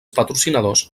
patrocinadors